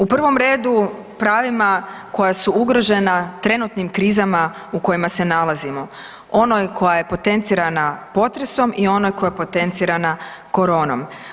U prvom redu pravima koja su ugrožena trenutnim krizama u kojima se nalazimo, onoj koja je potencirana potresom i ona koja je potencirana koronom.